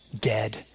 dead